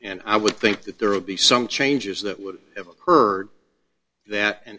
and i would think that there would be some changes that would have occurred that an